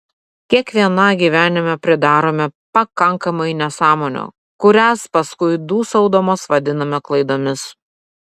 kiekviena gyvenime pridarome pakankamai nesąmonių kurias paskui dūsaudamos vadiname klaidomis